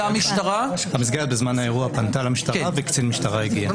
המסגרת בזמן האירוע פנתה למשטרה וקצין משטה הגיע.